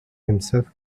himself